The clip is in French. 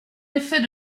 effet